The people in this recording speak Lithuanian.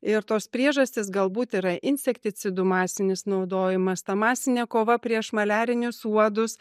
ir tos priežastys galbūt yra insekticidų masinis naudojimas ta masinė kova prieš maliarinius uodus